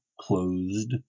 closed